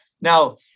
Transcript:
Now